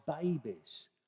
babies